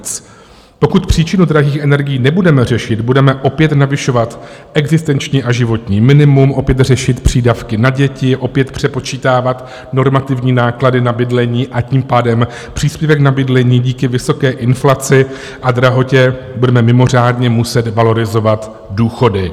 Pokud příčinu drahých energií nebudeme řešit, budeme opět navyšovat existenční a životní minimum, opět řešit přídavky na děti, opět přepočítávat normativní náklady na bydlení, a tím pádem příspěvek na bydlení díky vysoké inflaci a drahotě, budeme mimořádně muset valorizovat důchody.